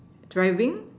driving